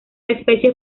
especie